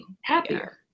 happier